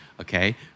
Okay